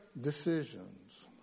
decisions